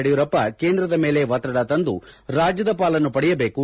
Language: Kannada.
ಯಡಿಯೂರಪ್ಪ ಕೇಂದ್ರದ ಮೇಲೆ ಒತ್ತಡ ತಂದು ರಾಜ್ಯದ ಪಾಲನ್ನು ಪಡೆಯಬೇಕು